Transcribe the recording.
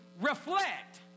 reflect